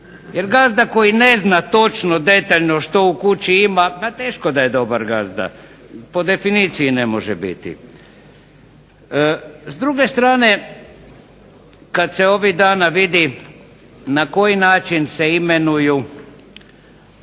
Jer gazda koji ne zna točno detaljno što u kući ima, pa teško da je dobar gazda, po definiciji ne može biti. S druge strane kada se ovih dana vidi na koji način se imenuju